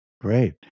great